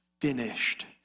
finished